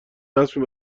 رسمی